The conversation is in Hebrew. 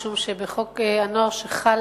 משום שבחוק הנוער שחל